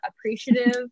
appreciative